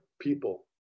people